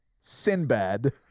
Sinbad